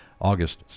August